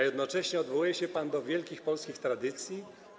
Jednocześnie odwołuje się pan do wielkich polskich tradycji.